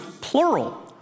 plural